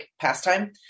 pastime